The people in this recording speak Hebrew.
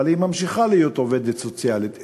אבל היא ממשיכה להיות עובדת סוציאלית.